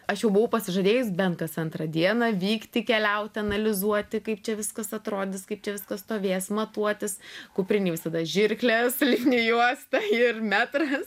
aš jau buvau pasižadėjus bent kas antrą dieną vykti keliauti analizuoti kaip čia viskas atrodys kaip čia viskas stovės matuotis kuprinėj visada žirklės lipni juosta ir metras